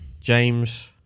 james